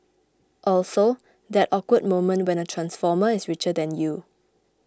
also that awkward moment when a transformer is richer than you